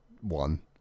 one